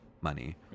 money